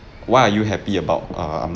what are you happy about uh I'm